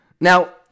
Now